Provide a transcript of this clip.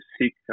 seek